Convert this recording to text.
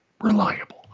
reliable